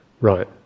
Right